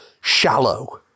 shallow